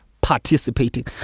participating